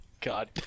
God